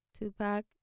Tupac